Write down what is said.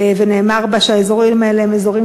ונאמר בה שהאזורים האלה הם אזורים